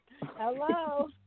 hello